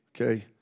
okay